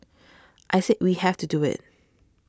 I said we have to do it